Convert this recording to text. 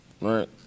right